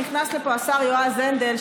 נכנס לפה השר יועז הנדל,